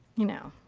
you know.